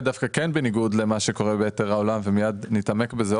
בניגוד למה שקורה ביתר העולם השכירות